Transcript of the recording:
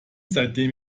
seitdem